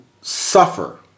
suffer